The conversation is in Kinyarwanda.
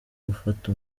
gufata